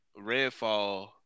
Redfall